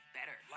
better